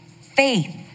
faith